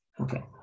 Okay